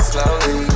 Slowly